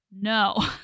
no